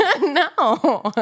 No